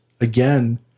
again